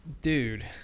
dude